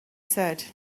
said